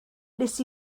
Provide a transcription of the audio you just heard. nes